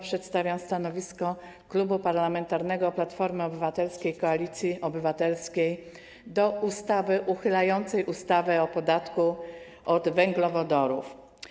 Przedstawiam stanowisko Klubu Parlamentarnego Platforma Obywatelska - Koalicja Obywatelska wobec projektu ustawy uchylającej ustawę o podatku od węglowodoru.